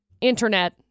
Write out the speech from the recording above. internet